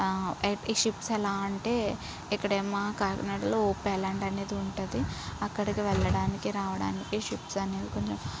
ఈ షిప్స్ ఎలా అంటే ఇక్కడేమో కాకినాడలో హోప్ ఐలాండ్ అనేది ఉంటుంది అక్కడికి వెళ్ళడానికి రావడానికి ఈ షిప్స్ అనేవి కొంచం